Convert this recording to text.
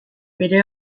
bere